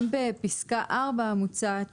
בפסקה (4) המוצעת,